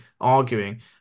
arguing